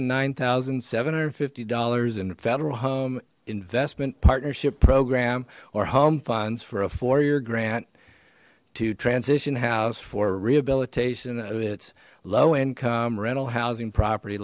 and nine thousand seven hundred fifty dollars in a federal home investment partnership program or home funds for a four year grant to transition house for rehabilitation of its low income rental housing property